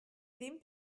ddim